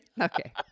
Okay